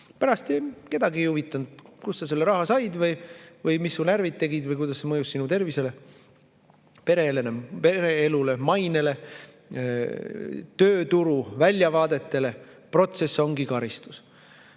Pärast kedagi ei huvita, kust sa selle raha said või mis su närvid tegid või kuidas see mõjus sinu tervisele, pereelule, mainele, tööturu väljavaadetele. Protsess ongi karistus.